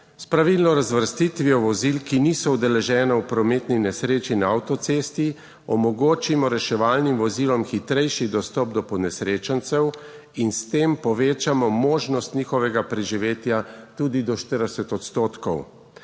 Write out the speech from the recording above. S pravilno razvrstitvijo vozil, ki niso udeležena v prometni nesreči na avtocesti, omogočimo reševalnim vozilom hitrejši dostop do ponesrečencev in s tem povečamo možnost njihovega preživetja tudi do 40 odstotkov.